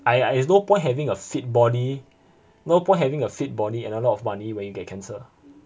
!aiya! it's no point having a fit body no point having a fit body and a lot of money when you get cancer